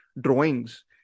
drawings